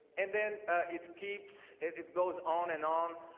and then it keeps it goes on and on